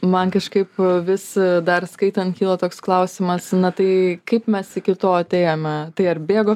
man kažkaip vis dar skaitant kyla toks klausimas na tai kaip mes iki to atėjome tai ar bėgo